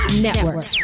Network